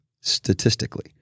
statistically